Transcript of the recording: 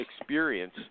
experience